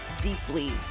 deeply